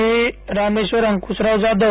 मी Rameshwar Ankushrao Jadhav